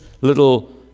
little